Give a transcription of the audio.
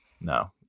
No